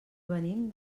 venim